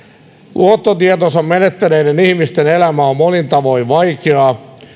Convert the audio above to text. luottotietonsa menettäneiden ihmisten elämä on monin tavoin vaikeaa